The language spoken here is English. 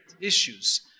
issues